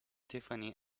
tiffany